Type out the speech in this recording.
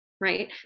right